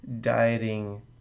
dieting